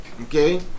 okay